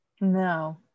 no